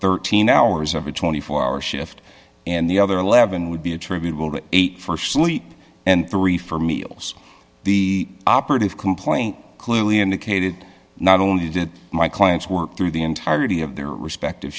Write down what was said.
thirteen hours of a twenty four hour shift and the other eleven would be attributable to eight for sleep and three for meals the operative complaint clearly indicated not only did my clients work through the entirety of their respective